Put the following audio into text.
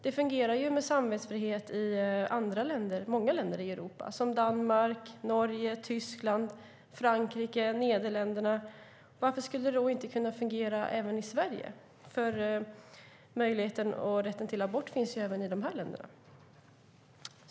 Det fungerar med samvetsfrihet i många länder i Europa, såsom Danmark, Norge, Tyskland, Frankrike och Nederländerna, och möjligheten och rätten till abort finns också i dessa länder. Varför skulle det då inte kunna fungera i Sverige?